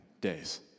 days